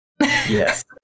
Yes